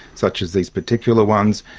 such as these particular ones.